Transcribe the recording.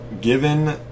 given